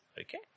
okay